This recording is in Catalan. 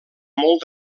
molt